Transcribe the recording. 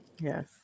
Yes